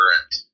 current